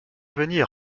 venir